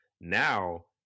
Now